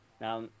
Now